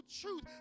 truth